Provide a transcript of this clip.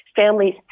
Families